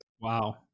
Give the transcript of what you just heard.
wow